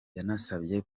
yanasabye